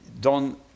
Don